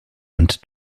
und